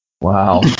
Wow